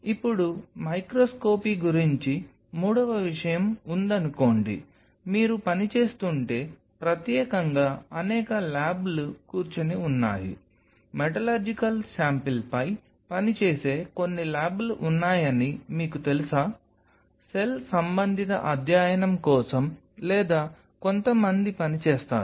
ఇప్పుడు మైక్రోస్కోపీ గురించి మూడో విషయం ఉందనుకోండి మీరు పని చేస్తుంటే ప్రత్యేకంగా అనేక ల్యాబ్లు కూర్చుని ఉన్నాయి మెటలర్జికల్ శాంపిల్పై పనిచేసే కొన్ని ల్యాబ్లు ఉన్నాయని మీకు తెలుసా సెల్ సంబంధిత అధ్యయనం కోసం లేదా కొంతమంది పని చేస్తారు